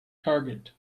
target